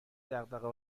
دغدغه